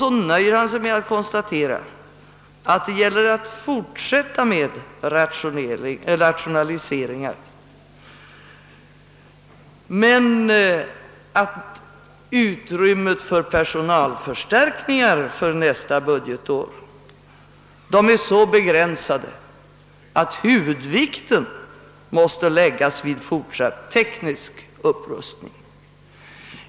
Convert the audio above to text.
Sedan nöjer han sig med att konstatera, att det gäller att fortsätta med rationaliseringar men att utrymmet för personalförstärkningar under nästa budgetår är så be gränsat, att huvudvikten måste läggas vid fortsatt teknisk upprustning.